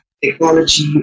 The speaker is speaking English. technology